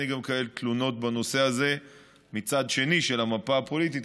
היו גם תלונות בנושא הזה מהצד השני של המפה הפוליטית,